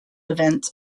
events